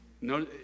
no